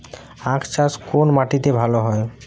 আখ চাষ কোন মাটিতে ভালো হয়?